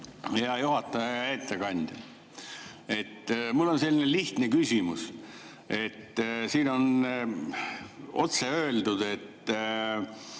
Hea juhataja! Hea ettekandja! Mul on selline lihtne küsimus. Siin on otse öeldud, et